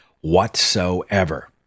whatsoever